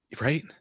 Right